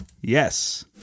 yes